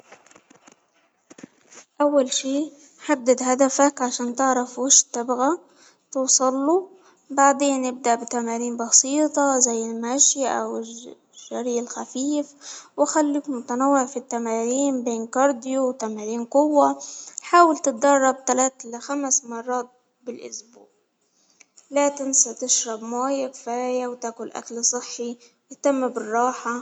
أول شي حدد هدفك عشان تعرف وش تبغي توصله، بعدين أبدأ بتمارين بسيطة زي المشي أو الج-الجري الخفيف، وخلك متنوع في التمارين بين كارديو وتمارين قوةk حاول تتدرب تلات لخمس مرات بالإسبوع، لا تنسى تشرب ميه كفاية وتأكل أكل صحي وأهتم بالراحة.